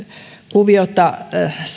kuviota